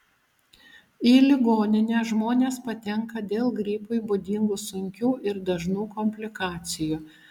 į ligoninę žmonės patenka dėl gripui būdingų sunkių ir dažnų komplikacijų